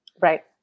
Right